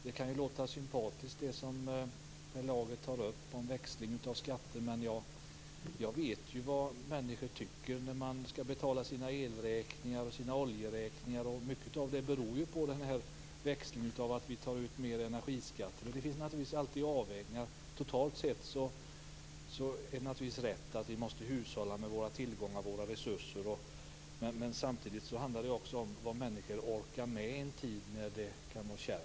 Det som Per Lager säger om växling av skatter kan låta sympatiskt, men jag vet vad människor tycker när de skall betala sina elräkningar och sina oljeräkningar, och mycket av kostnaderna på dessa beror på växlingen till större uttag av energiskatt. Man får naturligtvis alltid göra avvägningar. Totalt sett är det riktigt att vi måste hushålla med våra tillgångar och våra resurser, men det handlar samtidigt om vad människor orkar med i en kärv tid.